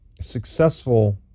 successful